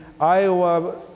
Iowa